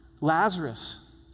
Lazarus